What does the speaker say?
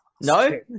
no